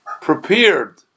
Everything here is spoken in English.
prepared